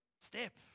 step